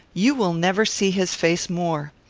you will never see his face more.